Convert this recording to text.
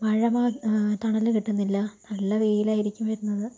മഴ മാ തണല് കിട്ടുന്നില്ല നല്ല വെയിലായിരിക്കും വരുന്നത്